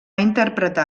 interpretar